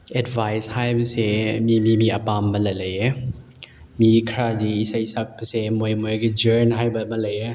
advice ꯍꯥꯏꯕꯁꯦ ꯃꯤꯒꯤ ꯃꯤꯒꯤ ꯑꯄꯥꯝꯕ ꯂꯩꯌꯦ ꯃꯤ ꯈꯔꯗꯤ ꯏꯁꯩ ꯁꯛꯄꯁꯦ ꯃꯣꯏ ꯃꯣꯏꯒꯤ ꯖꯔꯟ ꯍꯥꯏꯕ ꯑꯃ ꯂꯩꯌꯦ